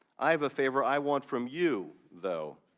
i have a favor i want from you though.